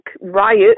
riot